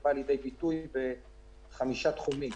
שבא לידי ביטוי בחמישה תחומים: